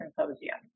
Symposium